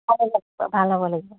ভাল হ'ব লাগিব